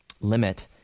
limit